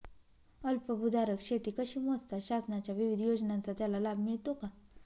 अल्पभूधारक शेती कशी मोजतात? शासनाच्या विविध योजनांचा त्याला लाभ मिळतो का?